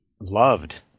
loved